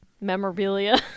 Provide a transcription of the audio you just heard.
memorabilia